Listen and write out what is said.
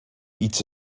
eat